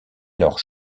leurs